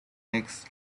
takes